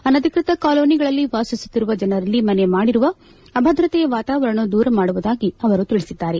ಅನಧಿಕೃತ ಕಾಲೋನಿಗಳಲ್ಲಿ ವಾಸಿಸುತ್ತಿರುವ ಜನರಲ್ಲಿ ಮನೆ ಮಾಡಿರುವ ಅಭದ್ರತೆಯ ವಾತಾವರಣವನ್ನು ದೂರ ಮಾಡುವುದಾಗಿ ಅವರು ತಿಳಿಬಿದ್ದಾರೆ